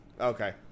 Okay